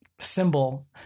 symbol